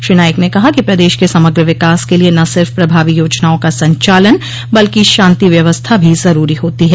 श्री नाईक ने कहा कि प्रदेश के समग्र विकास के लिए न सिफ प्रभावी योजनाओं का संचालन बल्कि शांति व्यवस्था भी जरूरी होती है